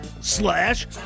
slash